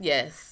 Yes